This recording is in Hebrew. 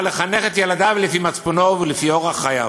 לחנך את ילדיו לפי מצפונו ולפי אורח חייו.